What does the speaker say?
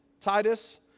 Titus